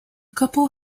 couple